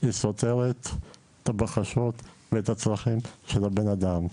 היא סותרת את הבקשות ואת הצרכים של הבן אדם.